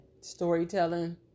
storytelling